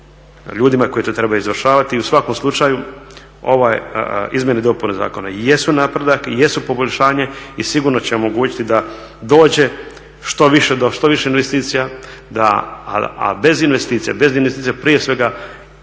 ljudima koji to trebaju izvršavati. I u svakom slučaju ove izmjene i dopune zakona jesu napredak i jesu poboljšanje i sigurno će omogućiti da dođe do što više investicija, a bez investicija, bez